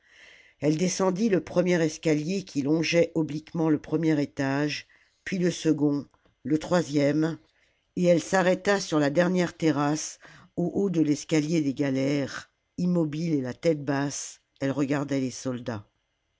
elle descendit le premier escalier qui longeait obliquement le premier étage puis le second le troisième et elle s'arrêta sur ta dernière terrasse au haut de l'escalier des galères immobile et la tête basse elle regardait les soldats